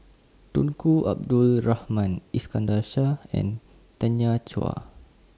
Tunku Abdul Rahman Iskandar Shah and Tanya Chua